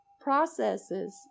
processes